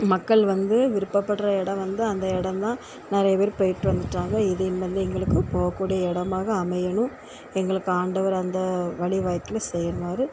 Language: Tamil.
மக்கள் வந்து விருப்படுற இடம் வந்து அந்த இடந்தான் நெறைய பேரு போயிட்டு வந்துட்டாங்க இது எங்களுக்கு போகக்கூடிய இடமாக அமையணும் எங்களுக்கு ஆண்டவர் அந்த வழி வாய்க்க செய்யுமாறு